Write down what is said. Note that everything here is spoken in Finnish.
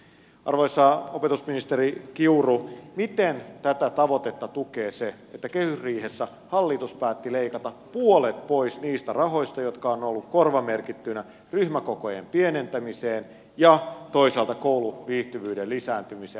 arvoisa opetusministeri kiuru miten tätä tavoitetta tukee se että kehysriihessä hallitus päätti leikata puolet pois niistä rahoista jotka ovat olleet korvamerkittyinä ryhmäkokojen pienentämiseen ja toisaalta kouluviihtyvyyden lisääntymiseen